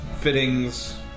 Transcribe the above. fittings